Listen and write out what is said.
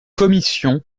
commission